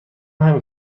همین